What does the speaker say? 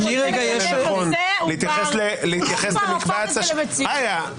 הפך את זה למציאות.